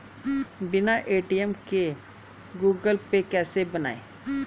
बिना ए.टी.एम के Google pay कैसे बनायें?